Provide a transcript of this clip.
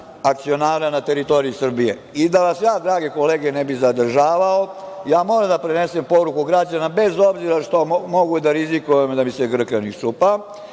akcionara na teritoriji Srbije. Da vas ja, drage kolege, ne bih zadržavao, moram da prenesem poruku građana, bez obzira što mogu da rizikujem da mi se grkljan iščupa,